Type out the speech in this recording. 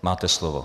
Máte slovo.